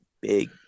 big